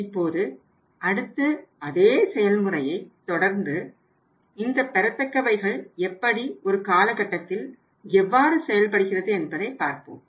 இப்போது அடுத்து அதே செயல்முறையை தொடர்ந்து அடுத்து இந்த பெறத்தக்கவைகள் எப்படி ஒரு காலகட்டத்தில் எவ்வாறு செயல்படுகிறது என்பதை பார்ப்போம்